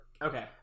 okay